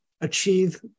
achieve